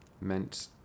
meant